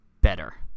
better